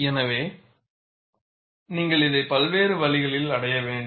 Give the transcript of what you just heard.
எனவே நீங்கள் இதை பல்வேறு வழிகளில் அடைய வேண்டும்